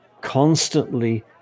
constantly